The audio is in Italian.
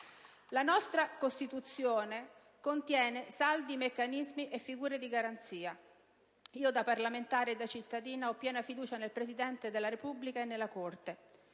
La nostra Costituzione contiene saldi meccanismi e figure di garanzia. Io, da parlamentare e da cittadina, ho piena fiducia nel Presidente della Repubblica e nella Corte.